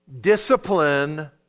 discipline